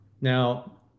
Now